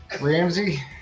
Ramsey